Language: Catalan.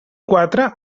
quatre